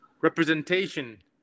representation